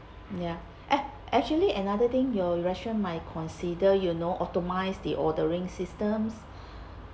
ya eh actually another thing your restaurant might consider you know automize the ordering systems